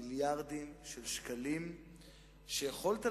מיליארדים של שקלים שיכולת,